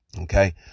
Okay